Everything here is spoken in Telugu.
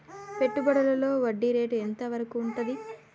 పెట్టుబడులలో వడ్డీ రేటు ఎంత వరకు ఉంటది?